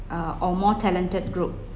uh or more talented group